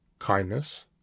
Kindness